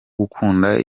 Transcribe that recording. gukunda